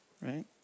right